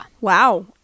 Wow